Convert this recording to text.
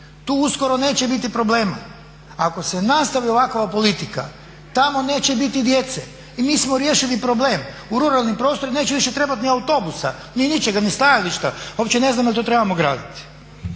tu uskoro neće biti problema. Ako se nastavi ovakva politika tamo neće biti djece i mi smo riješili problem. U ruralnim prostorima neće više trebat ni autobusa, ni ničega, ni stajališta, uopće ne znam jel to trebamo graditi.